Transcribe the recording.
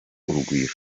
urugwiro